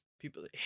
people